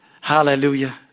Hallelujah